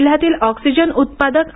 जिल्ह्यातील ऑक्सिजन उत्पादक डॉ